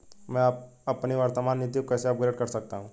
मैं अपनी वर्तमान नीति को कैसे अपग्रेड कर सकता हूँ?